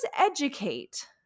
educate